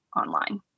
online